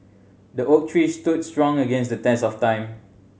the oak tree stood strong against the test of time